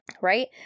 Right